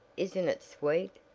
isn't it sweet?